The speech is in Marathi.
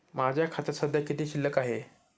माझ्या खात्यात सध्या किती शिल्लक आहे?